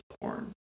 porn